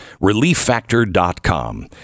relieffactor.com